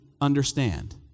understand